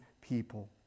people